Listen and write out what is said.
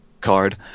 card